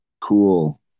cool